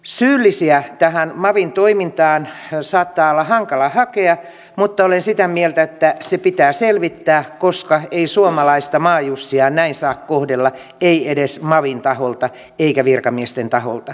syyllisiä tähän mavin toimintaan saattaa olla hankala hakea mutta olen sitä mieltä että se pitää selvittää koska ei suomalaista maajussia näin saa kohdella ei edes mavin taholta eikä virkamiesten taholta